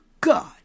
God